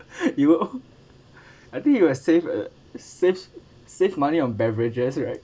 you I think you will save uh save save money on beverages right